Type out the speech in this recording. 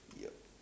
yup